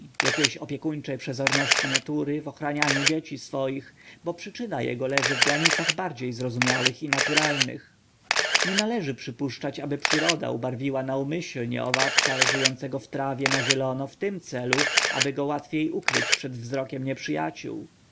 jakiejś opiekuńczej przezorności natury w ochranianiu dzieci swoich bo przyczyna jego leży w granicach bardziej zrozumiałych i naturalnych nie należy przypuszczać aby przyroda ubarwiła naumyślnie owadka żyjącego w trawie na zielono w tym celu aby go łatwiej ukryć przed wzrokiem nieprzyjaciół